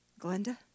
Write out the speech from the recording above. Glenda